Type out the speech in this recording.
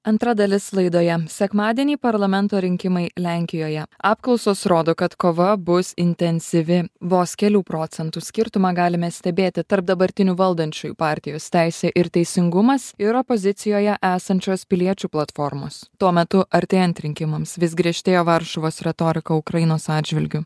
antra dalis laidoje sekmadienį parlamento rinkimai lenkijoje apklausos rodo kad kova bus intensyvi vos kelių procentų skirtumą galime stebėti tarp dabartinių valdančiųjų partijos teisė ir teisingumas ir opozicijoje esančios piliečių platformos tuo metu artėjant rinkimams vis griežtėjo varšuvos retorika ukrainos atžvilgiu